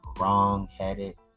wrong-headed